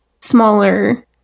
smaller